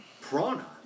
Prana